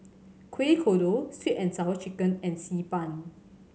Kueh Kodok Sweet And Sour Chicken and Xi Ban